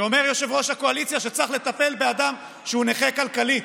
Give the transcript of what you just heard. כשאומר יושב-ראש הקואליציה שצריך לטפל באדם שהוא נכה כלכלית.